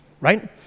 right